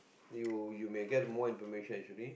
you you may get more information actually